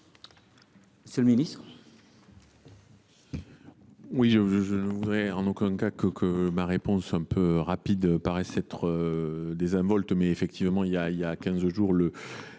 Monsieur le ministre,